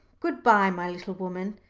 good-bye, my little woman,